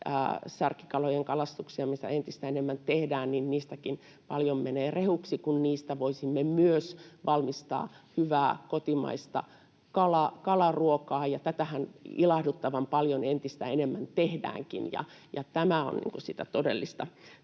särkikalojen kalastuksesta, mitä entistä enemmän tehdään, paljon menee rehuksi, kun niistä voisimme myös valmistaa hyvää kotimaista kalaruokaa. Tätähän ilahduttavan paljon entistä enemmän tehdäänkin, ja tämä on sitä todellista